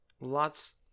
lots